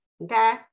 okay